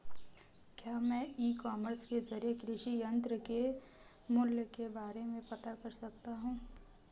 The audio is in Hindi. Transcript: क्या मैं ई कॉमर्स के ज़रिए कृषि यंत्र के मूल्य के बारे में पता कर सकता हूँ?